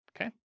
okay